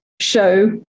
show